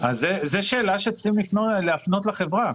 זו שאלה שצריך להפנות לחברה,